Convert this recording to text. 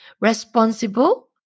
responsible